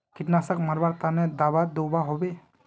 कीटनाशक मरवार तने दाबा दुआहोबे?